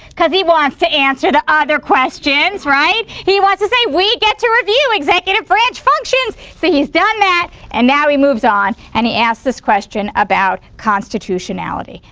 because he wants to answer the other questions, right? he wants to say we get to review executive branch functions. so, he's done that and now he moves on and he asked this question about constitutionality,